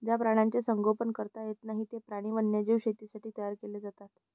ज्या प्राण्यांचे संगोपन करता येत नाही, ते प्राणी वन्यजीव शेतीसाठी तयार केले जातात